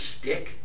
stick